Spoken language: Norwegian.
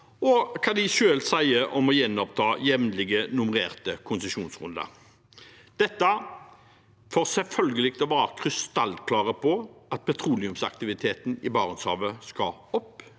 og hva de selv sier om å gjenoppta jevnlige nummererte konsesjonsrunder. Dette er selvfølgelig for å være krystallklare på at petroleumsaktiviteten i Barentshavet skal opp,